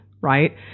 right